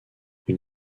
ils